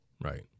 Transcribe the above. Right